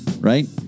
right